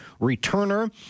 returner